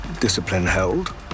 discipline-held